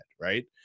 right